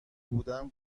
بودم